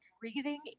breathing